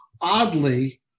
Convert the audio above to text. Oddly